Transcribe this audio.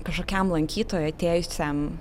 kažkokiam lankytojui atėjusiam